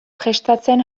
prestatzen